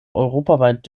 europaweit